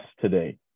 today